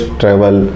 travel